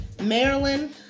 Maryland